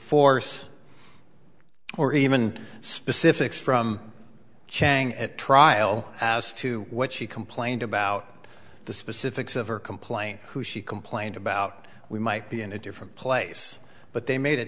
force or even specifics from chang at trial as to what she complained about the specifics of her complaint who she complained about we might be in a different place but they made a